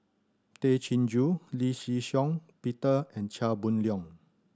Tay Chin Joo Lee Shih Shiong Peter and Chia Boon Leong